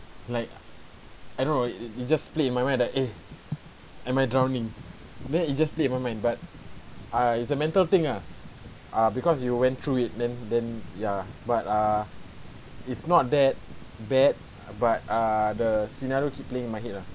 like I don't know it it just split in my mind that eh am I drowning then it just played my mind but ah it's a mental thing ah ah because you went through it then then ya but ah it's not that bad but ah the scenario keep playing in my head ah